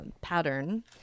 pattern